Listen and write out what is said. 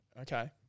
Okay